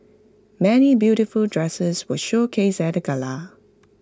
many beautiful dresses were showcased at the gala